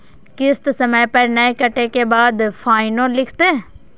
किस्त समय पर नय कटै के बाद फाइनो लिखते?